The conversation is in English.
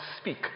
speak